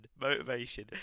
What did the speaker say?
motivation